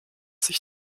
sich